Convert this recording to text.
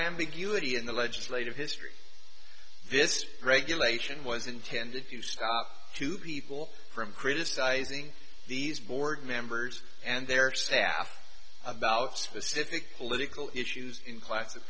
ambiguity in the legislative history this regulation was intended to stop two people from criticizing these board members and their staff about specific political issues in class